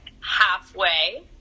Halfway